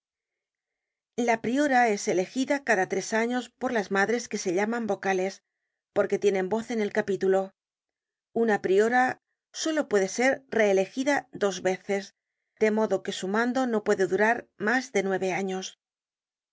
la priora es elegida cada tres años por las madres que se llaman vocales porque tienen voz en el capítulo una priora solo puede ser reelegida dos veces de modo que su mando no puede durar mas de nueve años